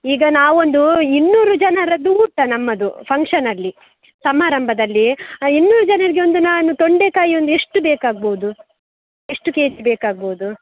ಈಗ ನಾವೊಂದು ಇನ್ನೂರು ಜನರದ್ದು ಊಟ ನಮ್ಮದು ಫಂಕ್ಷನಲ್ಲಿ ಸಮಾರಂಭದಲ್ಲಿ ಇನ್ನೂರು ಜನರಿಗೆ ಒಂದು ನಾನು ತೊಂಡೆಕಾಯಿ ಒಂದು ಎಷ್ಟು ಬೇಕಾಗ್ಬೋದು ಎಷ್ಟು ಕೆ ಜಿ ಬೇಕಾಗ್ಬೋದು